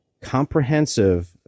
comprehensive